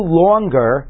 longer